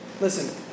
Listen